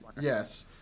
yes